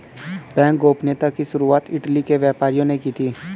bank गोपनीयता की शुरुआत इटली के व्यापारियों ने की थी